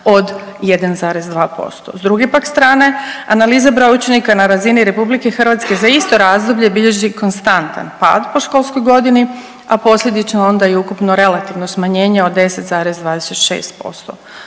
od 1,2%. S druge pak strane, analiza broja učenika je na razini RH za isto razdoblje bilježi konstantan pad po školskoj godini, a posljedično onda i ukupno relativno smanjenje od 10,26%.